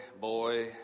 boy